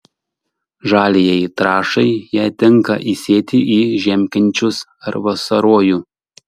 žaliajai trąšai ją tinka įsėti į žiemkenčius ar vasarojų